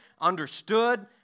understood